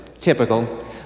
Typical